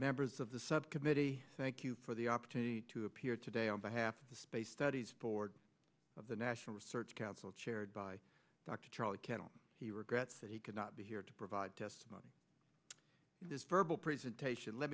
members of the subcommittee thank you for the opportunity to appear today on behalf of the space studies board of the national research council chaired by dr charlie kandel he regrets that he could not be here to provide testimony in this verbal presentation let